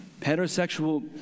heterosexual